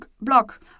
block